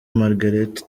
margaret